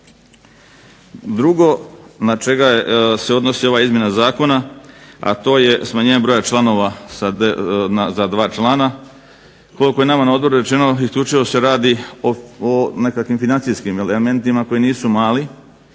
Drugo na čega se odnosi ova izmjena zakona, a to je smanjenje broja članova za dva člana. Koliko je nama na odboru rečeno isključivo se radi o nekakvim financijskim elementima koji nisu mali.